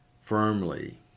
firmly